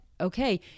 Okay